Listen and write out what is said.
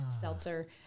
seltzer